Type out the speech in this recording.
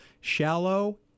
shallow